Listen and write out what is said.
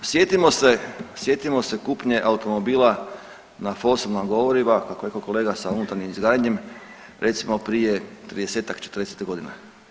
Sjetimo se, sjetimo se kupnje automobila na fosilna goriva, rekao je kolega sa unutarnjim izgaranjem, recimo prije 30-ak, 40 godina.